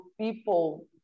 people